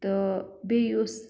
تہٕ بیٚیہِ یُس